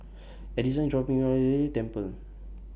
Addison IS dropping Me off Temple